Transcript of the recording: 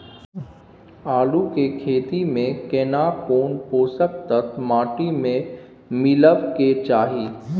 आलू के खेती में केना कोन पोषक तत्व माटी में मिलब के चाही?